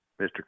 mr